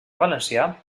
valencià